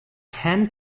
ten